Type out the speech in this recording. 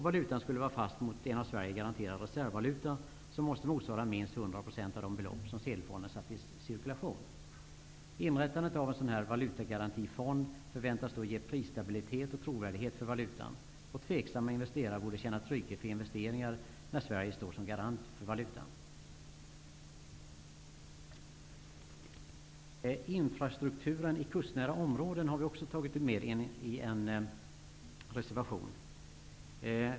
Valutan skulle vara fast mot en av Sverige garanterad reservvaluta som måste motsvara minst 100 % av de belopp som sedelfonden satt i cirkulation. Inrättandet av en sådan här valutagarantifond förväntas ge prisstabilitet och trovärdighet för valutan, och tveksamma investerare borde känna trygghet för investeringar när Sverige står som garant för valutan. Infrastrukturen i kustnära områden har vi också tagit med i en reservation.